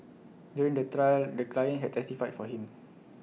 during the trial the client had testified for him